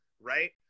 right